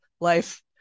life